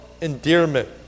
endearment